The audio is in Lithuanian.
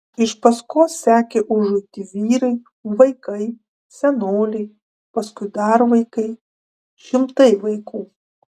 iš paskos sekė užuiti vyrai vaikai senoliai paskui dar vaikai šimtai vaikų